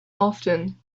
often